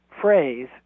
phrase